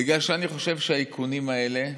בגלל שאני חושב שהאיכונים האלה,